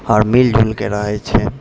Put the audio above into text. आओर मिलजुलके रहै छै